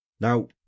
Now